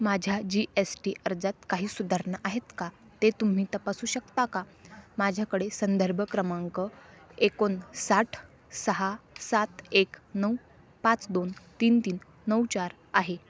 माझ्या G S T अर्जात काही सुधारणा आहेत का ते तुम्ही तपासू शकता का माझ्याकडे संदर्भ क्रमांक एकोणसाठ सहा सात एक नऊ पाच दोन तीन तीन नऊ चार आहे